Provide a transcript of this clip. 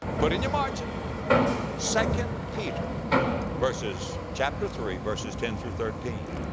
put in your margin second peter verses, chapter three verses ten through thirteen,